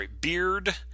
beard